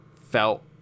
felt